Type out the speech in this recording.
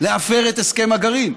והיא תתחיל, להפר את הסכם הגרעין.